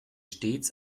stets